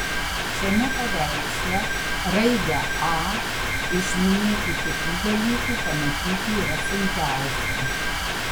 šiame paveiksle raidę a iš minėtų kitų dalykų pamatyti yra sunkiausia